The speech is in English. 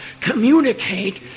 communicate